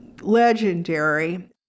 legendary